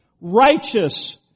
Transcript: righteous